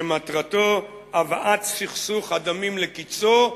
שמטרתו הבאת סכסוך הדמים לקצו.